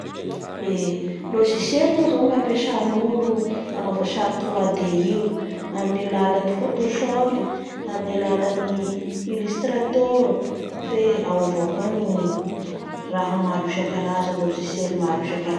Logiciely moa zay ny ampesain'olo hanaoava sary trois D ioamin'ny alalan'ny photoshope-yamin'ny alalalany ulusllatore-o fe aoa avao koa ny raha amaro isakarzany ny logicielle maro isakarazany.